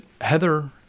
Heather